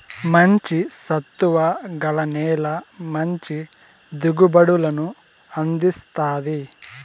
మంచి సత్తువ గల నేల మంచి దిగుబడులను అందిస్తాది